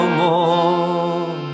more